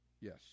Yes